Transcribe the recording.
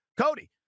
Cody